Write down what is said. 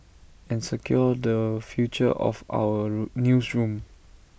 and secure the future of our newsroom